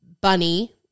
Bunny